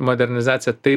modernizacija tai